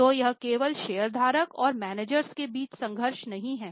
तो यह केवल शेयरधारक और मैनेजर के बीच संघर्ष नहीं है